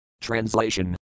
Translation